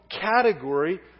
category